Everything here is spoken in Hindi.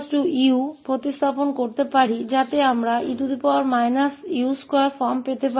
तो इस प्रतिस्थापन के बाद हमारे पास dx 1S1 है